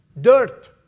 dirt